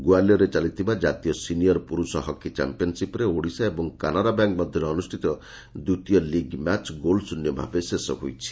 ଗୋଆଲିଅର୍ରେ ଚାଲିଥିବା ଜାତୀୟ ସିନିୟର ପୁରୁଷ ହକି ଚମ୍ମିୟନ୍ସିପ୍ରେ ଓଡ଼ିଶା ଏବଂ କାନାରା ବ୍ୟାଙ୍କ ମଧ୍ଧରେ ଅନୁଷିତ ଦ୍ୱିତୀୟ ଲିଗ୍ ମ୍ୟାଚ୍ ଗୋଲ୍ ଶୂନ୍ୟ ଭାବେ ଶେଷ ହୋଇଛି